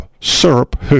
Syrup